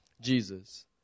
Jesus